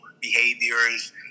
behaviors